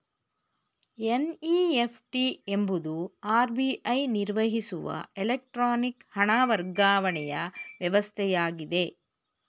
NEFT ಎಂಬುದು RBI ನಿರ್ವಹಿಸುವ electronic ಹಣ ವರ್ಗಾವಣೆಯ ವ್ಯವಸ್ಥೆಯಾಗಿದೆ